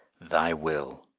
thy will,